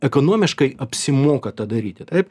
ekonomiškai apsimoka tą daryti taip